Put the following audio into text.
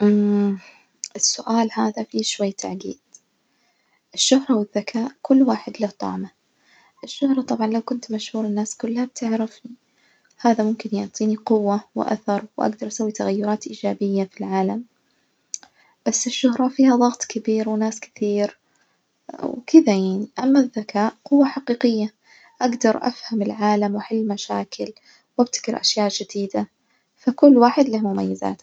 السؤال هذا فيه شوية تعجيد، الشهرة والذكاء كل واحد له طعمه، الشهرة طبعًا لو كنت مشهور الناس كلها بتعرفني، هذا ممكن يعطني قوة وأثر وأقدر أسوي تغيرات إيجابية في العالم، بس الشهرة فيها ضغط كبير وناس كتير وكدة يعني، أما الذكاء قوة حقيقية أجدر أفهم العالم وأحل مشاكل وابتكر أشياء جديدة، فكل واحد له مميزاته.